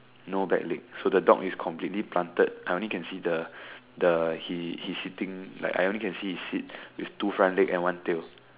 no back leg so the dog is completely planted I only can see the the he he sitting like I only can see he sit with two front leg and one tail